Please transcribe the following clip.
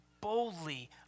boldly